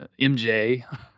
MJ